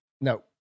No